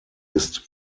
ist